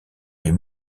les